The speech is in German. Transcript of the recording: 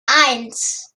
eins